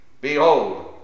Behold